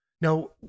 now